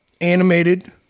animated